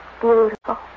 Beautiful